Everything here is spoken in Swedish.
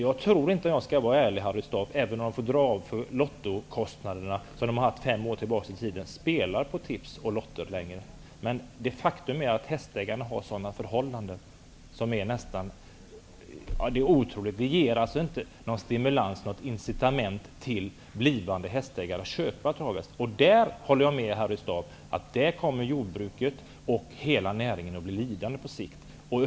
Om jag skall vara ärlig, Harry Staaf, tror jag inte att de -- även om de får göra avdrag för de lottokostnader som de har haft sedan fem år -- längre spelar på tips eller lotto. Men faktum är att hästägarna har sådana förhållanden. Det är otroligt. Det ger inte något incitament till blivande hästägare att köpa travhästar. Jag kan hålla med Harry Staaf om att jordbruket och hela näringen på sikt kommer att bli lidande av detta.